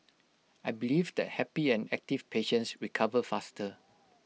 I believe that happy and active patients recover faster